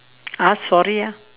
ask sorry ah